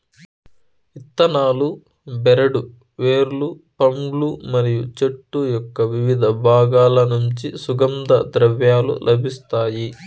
ఇత్తనాలు, బెరడు, వేర్లు, పండ్లు మరియు చెట్టు యొక్కవివిధ బాగాల నుంచి సుగంధ ద్రవ్యాలు లభిస్తాయి